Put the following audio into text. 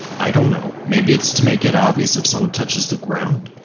i don't know. maybe it's to make it obvious if someone touches the ground?